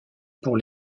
pour